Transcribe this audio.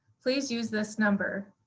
please use this number.